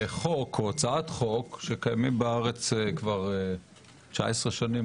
בהצעת חוק שקיימת בארץ כבר כמעט 19 שנים,